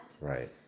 Right